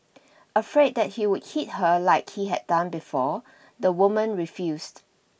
afraid that he would hit her like he had done before the woman refused